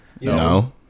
No